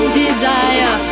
desire